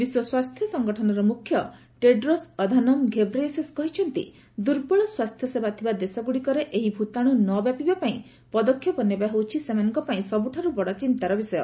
ବିଶ୍ୱ ସ୍ୱାସ୍ଥ୍ୟ ସଂଗଠନର ମୁଖ୍ୟ ଟେଡ୍ରୋସ୍ ଅଧାନୋମ୍ ଘେବ୍ରେୟେସସ୍ କହିଛନ୍ତି ଦୁର୍ବଳ ସ୍ୱାସ୍ଥ୍ୟସେବା ଥିବା ଦେଶଗୁଡ଼ିକରେ ଏହି ଭୂତାଣୁ ନ ବ୍ୟାପିବାପାଇଁ ପଦକ୍ଷେପ ନେବା ହେଉଛି ସେମାନଙ୍କପାଇଁ ସବୁଠାରୁ ବଡ଼ ଚିନ୍ତାର ବିଷୟ